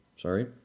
sorry